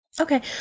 Okay